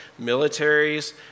militaries